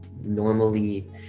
normally